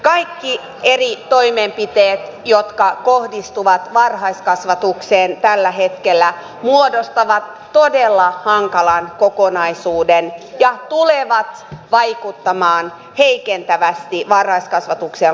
kaikki eri toimenpiteet jotka kohdistuvat varhaiskasvatukseen tällä hetkellä muodostavat todella hankalan kokonaisuuden ja tulevat vaikuttamaan heikentävästi varhaiskasvatuksen laatuun